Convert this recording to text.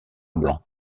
blanc